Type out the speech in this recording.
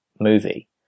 movie